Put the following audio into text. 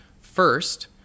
first